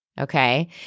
okay